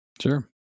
Sure